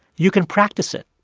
you can practice it.